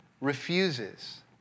refuses